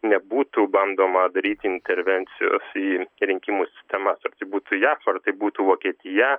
nebūtų bandoma daryti intervencijos į rinkimų sistemą būtų jav ar tai būtų vokietija